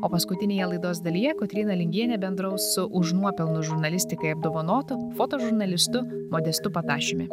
o paskutinėje laidos dalyje kotryna lingienė bendraus su už nuopelnus žurnalistikai apdovanotu fotožurnalistu modestu patašiumi